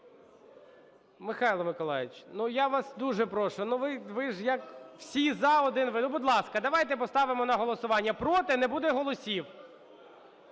Михайло Миколайович, я вас дуже прошу, ви ж, як всі, "за", один ви… Будь ласка, давайте поставимо на голосування, проти не буде голосів.